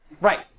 Right